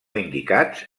indicats